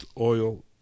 oil